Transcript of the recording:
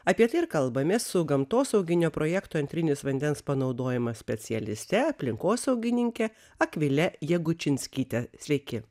apie tai ir kalbamės su gamtosauginio projekto antrinis vandens panaudojimas specialiste aplinkosaugininke akvile jagučinskyte sveiki